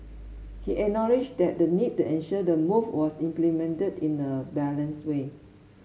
he acknowledged that the need to ensure the move was implemented in a balanced way